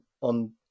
on